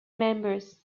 members